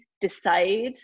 decide